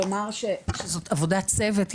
זאת עבודת צוות.